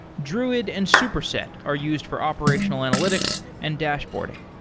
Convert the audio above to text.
druid and superset are used for operational analytics and dashboarding.